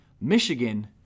Michigan